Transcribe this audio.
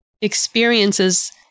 experiences